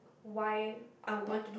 why I want to do